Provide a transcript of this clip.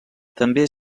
també